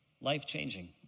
life-changing